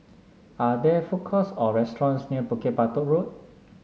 are there food courts or restaurants near Bukit Batok Road